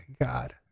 God